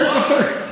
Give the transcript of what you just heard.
אין ספק.